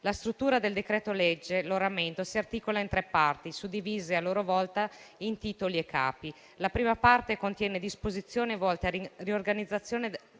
La struttura del decreto-legge - lo rammento - si articola in tre parti, suddivise a loro volta in titoli e capi. La prima parte contiene disposizioni volte alla riorganizzazione della